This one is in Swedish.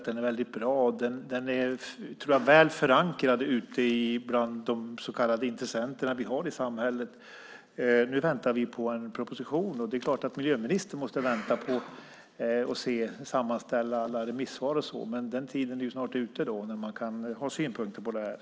Den är väldigt bra och väl förankrad, tror jag, ute hos de så kallade intressenterna i samhället. Nu väntar vi på en proposition. Miljöministern måste sammanställa alla remissvar, men tiden är snart ute för synpunkter på detta.